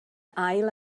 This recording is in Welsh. ail